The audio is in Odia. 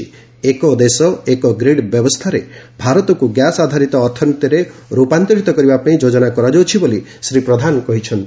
'ଏକ ଦେଶ ଏକ ଗ୍ରୀଡ୍' ବ୍ୟବସ୍ତାରେ ଭାରତକୁ ଗ୍ୟାସ୍ ଆଧାରିତ ଅର୍ଥନୀତିରେ ରୂପାନ୍ତରିତ କରିବା ପାଇଁ ଯୋଜନା କରାଯାଉଛି ବୋଲି ଶ୍ରୀ ପ୍ରଧାନ କହିଛନ୍ତି